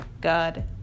God